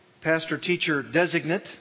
pastor-teacher-designate